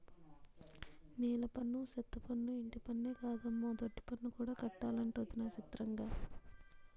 నీలపన్ను, సెత్తపన్ను, ఇంటిపన్నే కాదమ్మో దొడ్డిపన్ను కూడా కట్టాలటొదినా సిత్రంగా